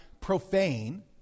profane